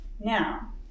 Now